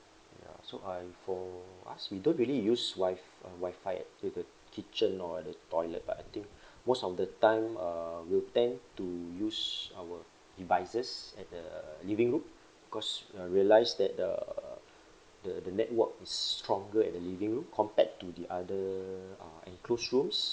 ya so I for us we don't really use Wi-F~ uh Wi-Fi at to the kitchen or at the toilet but I think most of the time uh we tend to use our devices at the living room because uh realised that the uh the the network is stronger at the living room compared to the other uh enclosed rooms